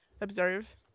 observe